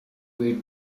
way